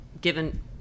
given